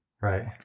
Right